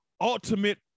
ultimate